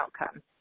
outcome